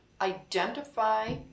identify